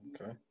okay